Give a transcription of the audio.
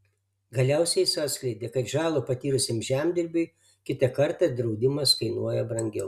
galiausiai jis atskleidė kad žalą patyrusiam žemdirbiui kitą kartą draudimas kainuoja brangiau